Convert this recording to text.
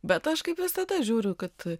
bet aš kaip visada žiūriu kad